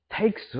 takes